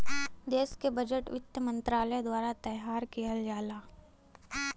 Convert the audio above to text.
देश क बजट वित्त मंत्रालय द्वारा तैयार किहल जाला